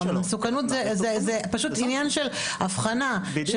המסוכנות זה פשוט עניין של אבחנה של